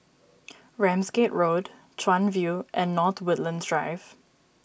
Ramsgate Road Chuan View and North Woodlands Drive